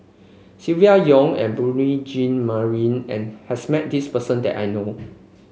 Silvia Yong and Beurel Jean Marie and has met this person that I know